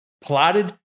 Plotted